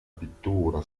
pittura